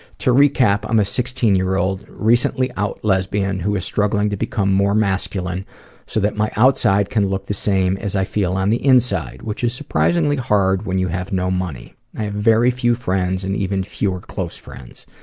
to recap, i'm a sixteen year old recently-out lesbian who is struggling to become more masculine so that my outside can look the same as i feel on the inside, which is surprisingly hard when you have no money. i have very few friends and even fewer close friends.